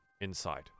inside